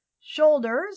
Shoulders